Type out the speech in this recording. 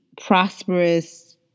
prosperous